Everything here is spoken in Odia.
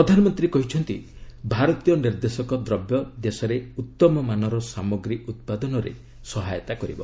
ପ୍ରଧାନମନ୍ତ୍ରୀ କହିଛନ୍ତି ଭାରତୀୟ ନିର୍ଦ୍ଦେଶକ ଦ୍ରବ୍ୟ ଦେଶରେ ଉତ୍ତମ ମାନର ସାମଗ୍ରୀ ଉତ୍ପାଦନରେ ସହାୟତା କରିବ